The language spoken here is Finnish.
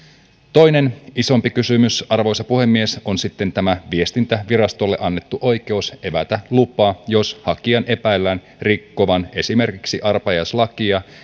toinen isompi kysymys arvoisa puhemies on sitten tämä viestintävirastolle annettu oikeus evätä lupa jos hakijan epäillään rikkovan esimerkiksi arpajaislakia